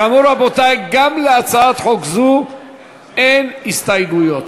כאמור, רבותי, גם להצעת חוק זו אין הסתייגויות.